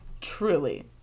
Truly